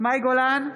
מאי גולן,